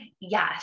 yes